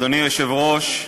אדוני היושב-ראש,